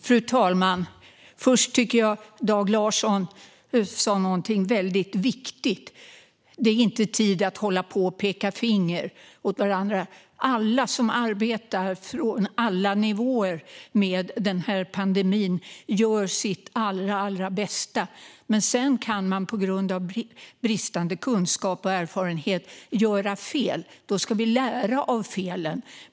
Fru talman! Dag Larsson sa något väldigt viktigt: Det är inte tid att hålla på och peka finger åt varandra. Alla som arbetar med den här pandemin, på alla nivåer, gör sitt allra bästa. Men på grund av bristande kunskap och erfarenhet kan man göra fel. Då ska vi lära av felen.